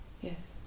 yes